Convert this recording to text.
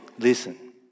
Listen